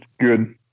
good